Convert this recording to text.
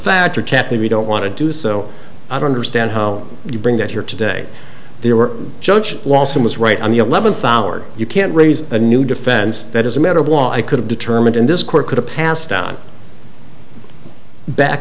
factor chappie we don't want to do so i don't understand how you bring that here today there were judge walton was right on the eleventh hour you can't raise a new defense that is a matter of law i could have determined in this court could have passed on back